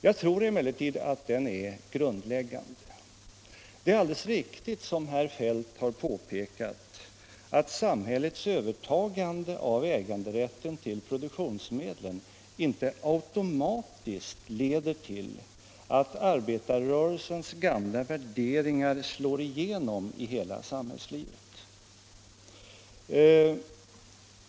Jag tror emellertid att den är grundläggande. Det är alldeles riktigt som herr Feldt har påpekat, att samhällets övertagande av äganderätten till produktionsmedlen inte automatiskt leder till att arbetarrörelsens gamla värderingar slår igenom i hela samhällslivet.